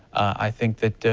i think that,